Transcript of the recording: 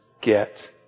get